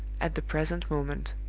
at the present moment.